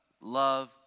love